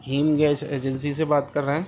ہند gas agency سے بات کر رہے ہیں